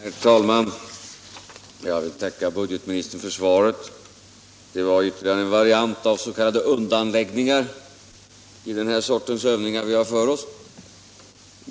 Herr talman! Jag vill tacka budgetministern för svaret. Det var ytterligare en variant av s.k. undanläggningar, vid den här sortens övningar som vi har för oss.